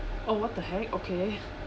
oh what the heck okay